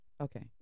Okay